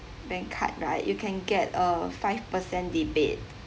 bank card right you can get a five percent rebate